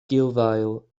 gulddail